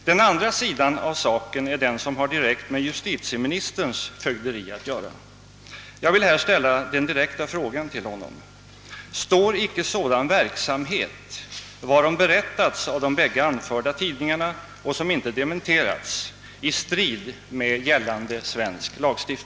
Den andra sidan av saken är den som har direkt med justitieministerns fögderi att göra. Jag vill fråga justitieministern: Står icke sådan verksamhet, varom berättats i de bägge anförda tidningarna och som inte dementerats, i strid med gällande svensk lagstift